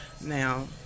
now